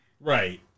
Right